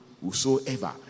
Whosoever